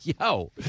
Yo